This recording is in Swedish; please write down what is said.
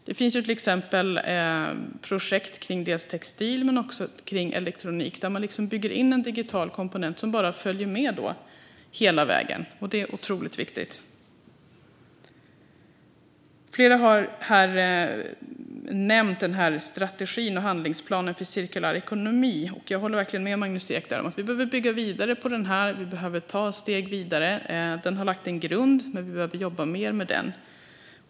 Det finns till exempel projekt om textil men också om elektronik. Där bygger man in en digital komponent som bara följer med hela vägen. Det är otroligt viktigt. Flera har här nämnt strategin och handlingsplanen för cirkulär ekonomi. Jag håller verkligen med Magnus Ek om att vi behöver bygga vidare på den och ta steg vidare. Den har lagt en grund, men vi behöver jobba mer med den.